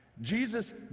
Jesus